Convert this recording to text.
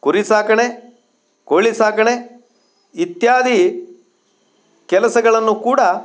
ಕುರಿ ಸಾಕಣೆ ಕೋಳಿ ಸಾಕಣೆ ಇತ್ಯಾದಿ ಕೆಲಸಗಳನ್ನು ಕೂಡ